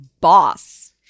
boss